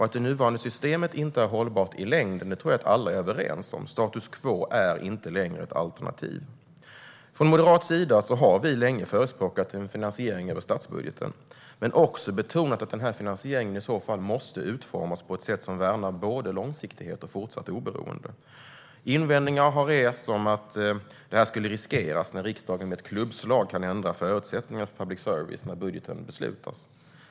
Att det nuvarande systemet inte är hållbart i längden tror jag att alla är överens om. Status quo är inte längre ett alternativ. Från moderat sida har vi länge förespråkat en finansiering över statsbudgeten men också betonat att denna finansiering i så fall måste utformas på ett sätt som värnar både långsiktighet och fortsatt oberoende. Invändningar har rests om att detta skulle riskeras när riksdagen med ett klubbslag drastiskt kan ändra förutsättningarna för public service när budgeten beslutas.